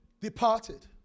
departed